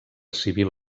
civil